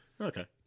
Okay